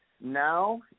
Now